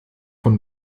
von